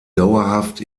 dauerhaft